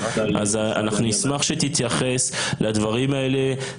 אז אנחנו נשמח שתתייחס לדברים האלה.